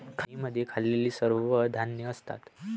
खाणींमध्ये खाल्लेली सर्व धान्ये असतात